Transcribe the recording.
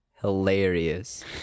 hilarious